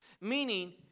meaning